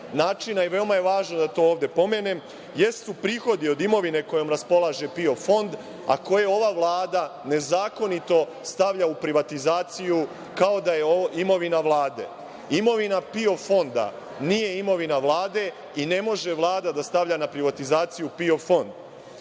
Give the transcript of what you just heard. načina, veoma je važno da to ovde pomenem, jesu prihodi od imovine kojom raspolaže PIO fond, a koje ova Vlada nezakonito stavlja u privatizaciju kao da je imovina Vlade. Imovina PIO fonda nije imovina Vlade i ne može Vlada da stavlja na privatizaciju PIO fond.